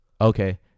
Okay